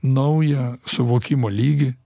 naują suvokimo lygį